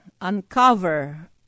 uncover